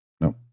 No